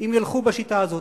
אם ילכו בשיטה הזאת.